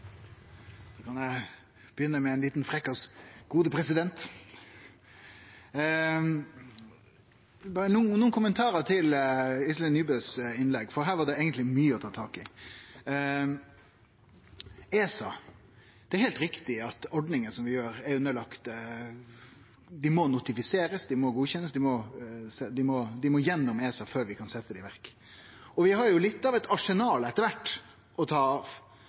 kan eg begynne med ein liten frekkas – gode president. Eg har nokre kommentarar til Iselin Nybøs innlegg, for der var det eigentleg mykje å ta tak i. Når det gjeld ESA, er det heilt riktig at ordningane som vi er underlagde, må notifiserast, dei må godkjennast, dei må gjennom ESA før vi kan setje dei i verk. Vi har jo etter kvart litt av eit arsenal å ta av.